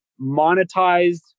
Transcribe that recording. monetized